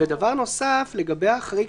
דבר נוסף לגבי החריג,